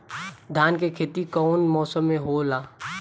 धान के खेती कवन मौसम में होला?